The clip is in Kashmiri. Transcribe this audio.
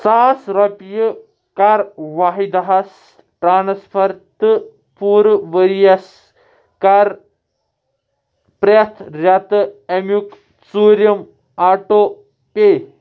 ساس رۄپیہِ کَر واحِدہَس ٹرانٛسفَر تہٕ پوٗرٕ ؤرۍ یَس کَر پرٛیٚتھ ریٚتہٕ امیُٛک ژوٗرِم آٹو پے